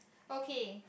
okay